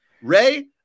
Ray